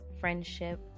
friendship